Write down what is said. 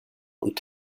und